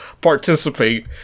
participate